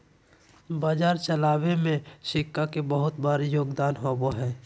बाजार चलावे में सिक्का के बहुत बार योगदान होबा हई